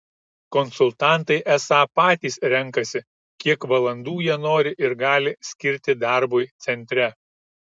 konsultantai esą patys renkasi kiek valandų jie nori ir gali skirti darbui centre